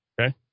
Okay